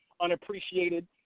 unappreciated